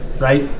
right